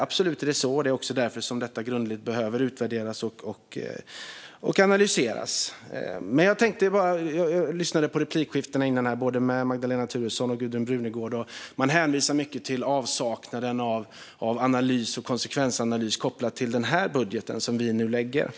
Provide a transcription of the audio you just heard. Det är också därför detta behöver utvärderas och analyseras grundligt. Jag lyssnade på replikskiftena med Magdalena Thuresson och Gudrun Brunegård tidigare. Man hänvisar mycket till avsaknaden av analys och konsekvensanalys kopplat till den budget som vi nu lägger fram.